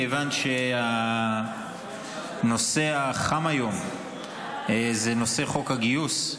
מכיוון שהנושא החם היום זה נושא חוק הגיוס,